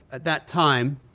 at that time,